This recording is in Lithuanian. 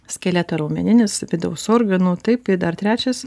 skeleto raumeninis vidaus organų taip ir dar trečias